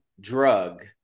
drug